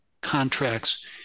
contracts